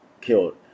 killed